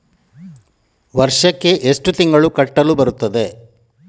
ವರ್ಷಕ್ಕೆ ಎಷ್ಟು ತಿಂಗಳು ಕಟ್ಟಲು ಬರುತ್ತದೆ?